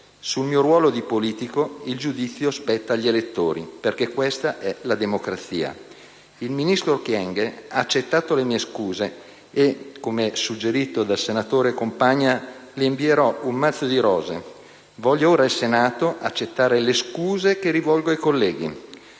Sul mio ruolo di politico il giudizio spetta agli elettori, perché questa è la democrazia. Il ministro Kyenge ha accettato le mie scuse e, come suggerito dal senatore Compagna, le invierò un mazzo di rose. Voglia ora il Senato accettare le scuse che rivolgo ai colleghi.